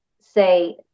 say